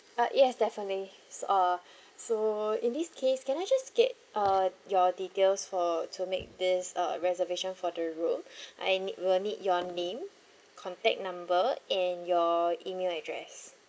ah yes definitely so uh so in this case can I just get uh your details for to make this uh reservation for the room I need will need your name contact number and your email address